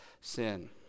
sin